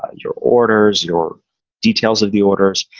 ah your orders, your details of the orders,